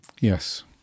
Yes